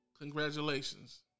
congratulations